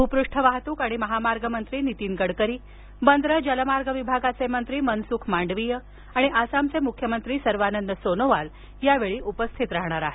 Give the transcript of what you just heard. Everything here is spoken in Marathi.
भूपृष्ठ वाहतूक आणि महामार्ग मंत्री नीतीन गडकरी बंदरं जलमार्ग विभागाचे मंत्री मनसुख मांडवीय आणि आसामचे मुख्यमंत्री सर्वानंद सोनोवाल यावेळी उपस्थित राहणार आहेत